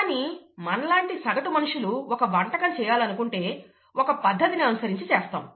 కానీ మనలాంటి సగటు మనుషులు ఒక వంటకం చేయాలనుకుంటే ఒక పద్ధతిని అనుసరించి చేస్తాము